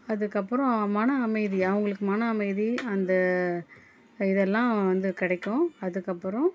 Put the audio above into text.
அதுக்கப்பறம் மன அமைதி அவங்களுக்கு மன அமைதி அந்த இதெல்லாம் வந்து கிடைக்கும் அதுக்கப்புறம்